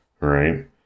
right